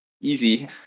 easy